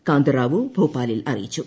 കാന്തറാവു ഭോപ്പാലിൽ അറിയിച്ചു